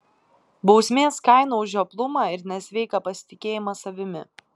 bausmės kaina už žioplumą ir nesveiką pasitikėjimą savimi